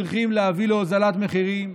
צריכים להביא להורדת מחירים.